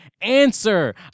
Answer